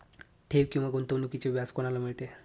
ठेव किंवा गुंतवणूकीचे व्याज कोणाला मिळते?